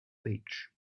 beach